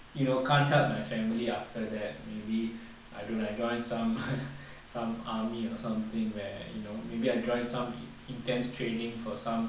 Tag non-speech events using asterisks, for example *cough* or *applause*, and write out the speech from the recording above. you know can't help my family after that maybe I don't know I join some *laughs* some army or something where you know maybe I join some intense training for some